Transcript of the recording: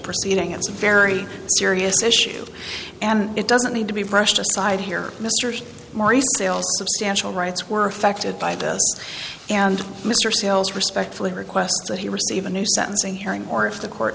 proceeding it's a very serious issue and it doesn't need to be brushed aside here mr maurice substantial rights were affected by this and mr sails respectfully request that he receive a new sentencing hearing or if the court